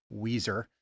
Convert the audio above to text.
Weezer